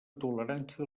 tolerància